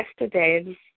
yesterday